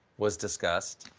was discussed,